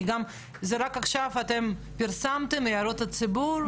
כי גם זה רק עכשיו אתם פרסמתם להערות הציבור.